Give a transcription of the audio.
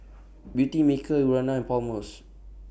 Beautymaker Urana and Palmer's